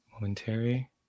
Momentary